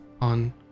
on